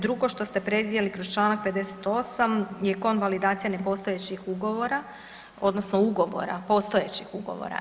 Drugo što ste predvidjeli kroz čl. 58.je konvalidacija nepostojećih ugovora odnosno ugovora postojećih ugovora.